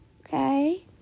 okay